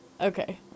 Okay